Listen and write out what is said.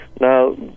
now